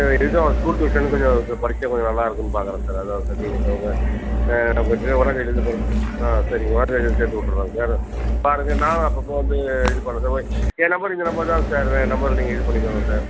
sir எதுக்கும் அவன் school ட்யூஷனும் கொஞ்சம் படிச்சால் கொஞ்சம் நல்லாருக்கும்னு பார்க்குறேன் சார் அதான் சார் நீங்கள் உங்கள் ஆ உங்கள் ட்யூஷன் ஒன்னாம்தேதிலேருந்து ஆ சரிங்க ஒன்னாம்தேதிலேர்ந்து சேர்த்து விட்டுட்றேன் சார் பாருங்கள் நானும் அப்பப்போ வந்து இது பண்ணுறேன் சார் ஓ ஏன் நம்பர் இந்த நம்பர் தான் சார் ஏன் நம்பர் நீங்கள் இது பண்ணிக்கோங்க சார்